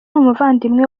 umuvandimwe